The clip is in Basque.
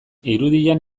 irudian